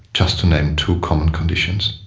just to name two common conditions.